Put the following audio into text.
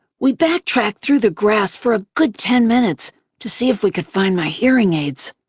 we backtracked through the grass for a good ten minutes to see if we could find my hearing aids,